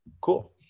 Cool